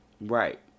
right